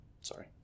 sorry